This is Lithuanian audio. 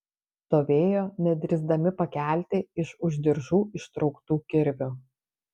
stovėjo nedrįsdami pakelti iš už diržų ištrauktų kirvių